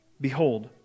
Behold